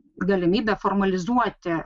galimybę formalizuoti